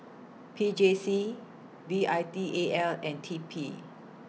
P J C V I T A L and T P